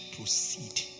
proceed